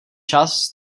čas